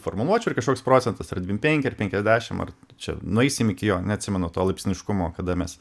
formuluočių ir kažkoks procentas yra dvim penki ar penkiasdešimt ar čia nueisim iki jo neatsimenu to laipsniškumo kada mes